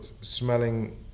smelling